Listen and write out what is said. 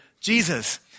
Jesus